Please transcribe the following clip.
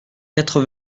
quatre